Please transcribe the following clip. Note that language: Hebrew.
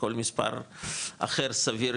על מספר אחר סביר,